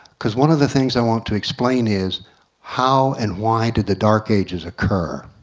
because one of the things i want to explain is how and why did the dark ages occur.